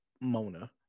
Mona